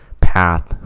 path